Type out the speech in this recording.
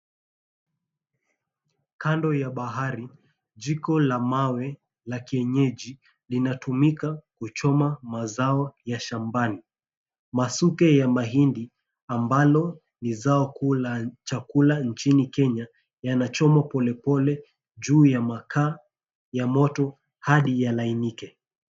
Kando ya bahari, jiko la mawe la kienyeji linatumika kuchoma mazao ya shambani. Masuke ya mahindi ambalo ni zao kuu la chakula inchini Kenya, yanachomwa polepole juu ya makaa ya moto hadi yalainike.